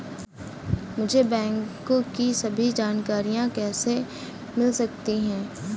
मुझे बैंकों की सभी जानकारियाँ कैसे मिल सकती हैं?